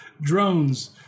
Drones